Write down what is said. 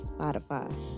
Spotify